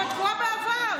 את תקועה בעבר,